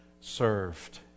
served